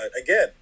again